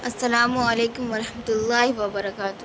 السّلام علیکم ورحمتہ اللّہ وبرکاتہ